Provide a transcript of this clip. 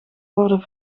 worden